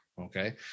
okay